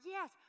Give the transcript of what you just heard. Yes